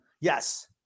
Yes